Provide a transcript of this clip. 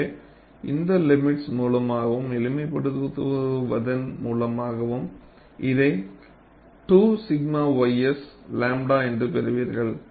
எனவே இந்த லிமிட்ஸ் மூலமாகவும் எளிமைப்படுத்துவதன் மூலமாகவும் இதை 2 𝛔 ys 𝝺 என்று பெறுவீர்கள்